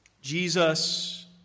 Jesus